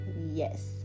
Yes